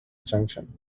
junction